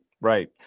Right